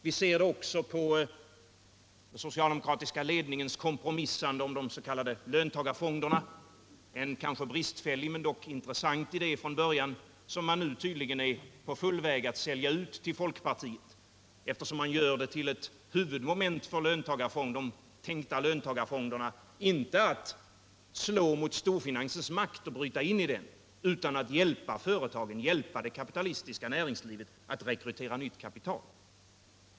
Vi ser denna attityd också i den socialdemokratiska ledningens kompromissande om de s.k. lönefonderna — en kanske bristfällig men dock intressant idé från början, som man nu tydligen helt är på väg att sälja ut till folkpartiet, eftersom man gör det till ett huvudmoment för de tänkta löntagarfonderna, inte att slå mot storfinansens makt och bryta in i den, utan att hjälpa företagen, hjälpa det kapitalistiska näringslivet att rekrytera nytt kapital.